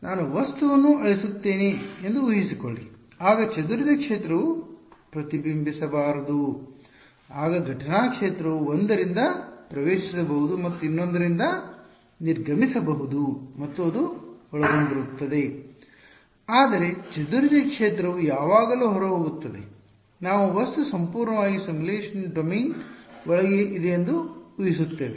ನಾನು ವಸ್ತುವನ್ನು ಅಳಿಸುತ್ತೇನೆ ಎಂದು ಉಹಿಸಿಕೊಳ್ಳಿ ಆಗ ಚದುರಿದ ಕ್ಷೇತ್ರವು ಪ್ರತಿಬಿಂಬಿಸಬಾರದು ಆಗ ಘಟನಾ ಕ್ಷೇತ್ರವು ಒಂದರಿಂದ ಪ್ರವೇಶಿಸಬಹುದು ಮತ್ತು ಇನ್ನೊಂದರಿಂದ ನಿರ್ಗಮಿಸಬಹುದು ಮತ್ತು ಅದು ಒಳಗೊಂಡಿರುತ್ತದೆ ಆದರೆ ಚದುರಿದ ಕ್ಷೇತ್ರವು ಯಾವಾಗಲೂ ಹೊರಹೋಗುತ್ತದೆ ನಾವು ವಸ್ತು ಸಂಪೂರ್ಣವಾಗಿ ಸಿಮ್ಯುಲೇಶನ್ ಡೊಮೇನ್ ಒಳಗೆ ಇದೆಎಂದು ಉಹಿಸುತ್ತೇವೆ